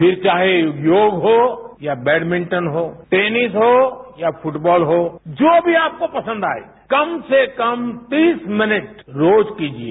फिर चाहे वो योग हो या बेडमिंटन हो टेनिस हो या फुटबॉल हो जो भी आपको पंसद आए कम से कम तीस मिनट रोज कीजिए